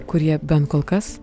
kurie bent kol kas